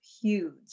Huge